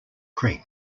creek